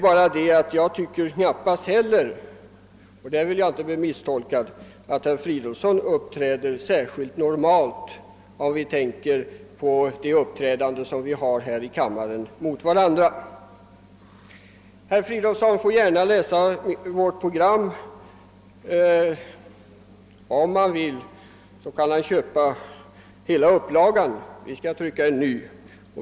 Härvidlag vill jag inte bli misstolkad, men inte heller jag tycker att herr Fridolfsson uppträder särskilt normalt om vi tänker på hur vi i allmänhet uppträder här i kammaren mot varandra. Herr Fridolfsson får gärna läsa vårt program. Om herr Fridolfsson vill kan han köpa hela upplagan, ty vi kan trycka en ny.